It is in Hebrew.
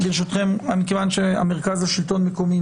מכיוון שהמרכז לשלטון מקומי,